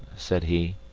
said he.